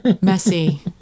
Messy